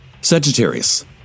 Sagittarius